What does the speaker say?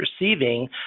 receiving